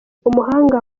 umuhanga